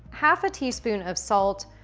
half a teaspoon of salt,